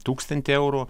tūkstantį eurų